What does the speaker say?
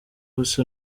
busa